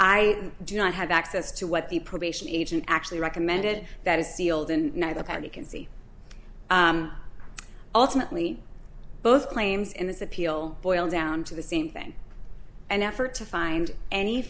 i do not have access to what the probation agent actually recommended that is sealed and neither party can see ultimately both claims in this appeal boil down to the same thing an effort to find any